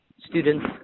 students